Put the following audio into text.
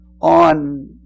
on